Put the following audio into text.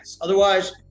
Otherwise